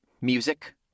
music